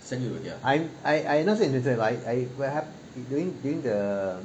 send you there I I I I I will have you doing during the